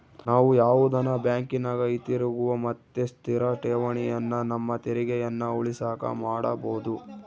ನಾವು ಯಾವುದನ ಬ್ಯಾಂಕಿನಗ ಹಿತಿರುಗುವ ಮತ್ತೆ ಸ್ಥಿರ ಠೇವಣಿಯನ್ನ ನಮ್ಮ ತೆರಿಗೆಯನ್ನ ಉಳಿಸಕ ಮಾಡಬೊದು